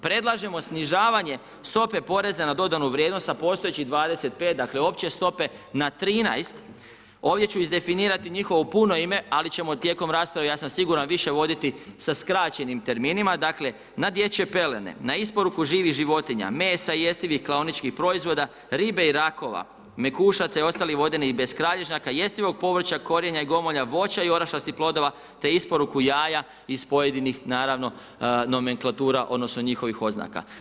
Predlažemo snižavanje stope poreza na dodanu vrijednost sa postojećih 25 dakle opće stope na 13. ovdje ću izdefinirati njihovo puno ime ali ćemo tijekom rasprave, ja sam siguran više voditi sa skraćenim terminima, dakle na dječje pelene, na isporuku živih životinja, mesa i jestivih klaoničkih proizvoda, ribe i rakova, mekušaca i ostalih vodenih beskralježnjaka, jestivog povrća, korijenja i gomolja voća i orašastih plodova te isporuku jaja iz pojedinih naravno nomenklatura odnosno njihovih oznaka.